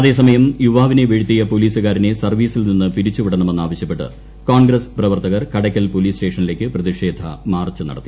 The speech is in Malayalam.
അതേസമയം യുവാവിനെ വീഴ്ത്തിയ പോലീസുകാരുന്ന് സർവ്വീസിൽ നിന്ന് പിരിച്ചുവിടണമെന്ന് ആവശ്യപ്പെട്ട് കോൺഗ്രസ് പ്രവർത്തകർ കടയ്ക്കൽ പോലീസ് സ്റ്റേഷനിലേക്ക് പ്രതിഷേധ മാർച്ച് നടത്തി